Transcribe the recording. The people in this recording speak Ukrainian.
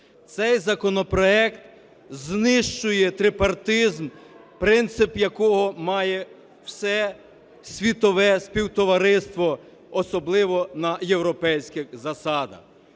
Цей законопроект знищує трипартизм, принцип якого має все світове співтовариство, особливо на європейських засадах.